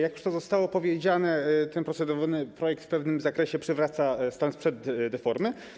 Jak już to zostało powiedziane, ten procedowany projekt w pewnym zakresie przywraca stan sprzed deformy.